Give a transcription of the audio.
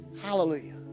Hallelujah